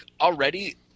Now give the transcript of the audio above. already